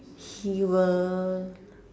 he will